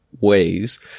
ways